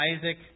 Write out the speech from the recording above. Isaac